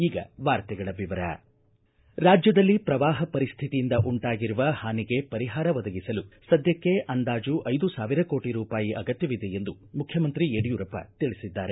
ಈಗ ವಾರ್ತೆಗಳ ವಿವರ ರಾಜ್ಞದಲ್ಲಿ ಎದುರಾಗಿರುವ ಪ್ರವಾಹ ಪರಿಸ್ವಿತಿಯಿಂದ ಉಂಟಾಗಿರುವ ಹಾನಿಗೆ ಪರಿಹಾರ ಒದಗಿಸಲು ಸದ್ದಕ್ಕೆ ಅಂದಾಜು ಐದು ಸಾವಿರ ಕೋಟ ರೂಪಾಯಿ ಅಗತ್ಯವಿದೆ ಎಂದು ಮುಖ್ಯಮಂತ್ರಿ ಯಡಿಯೂರಪ್ಪ ತಿಳಿಸಿದ್ದಾರೆ